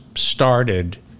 started